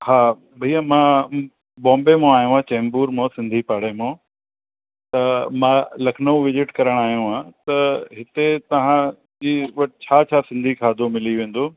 हा भईया मां बॉम्बे मां आयो आहियां चैम्बूर मां सिंधी पाड़े मां त मां लखनऊ विज़िट करणु आयो आहियां त हिते तव्हां जी वटि छा छा सिंधी खाधो मिली वेंदो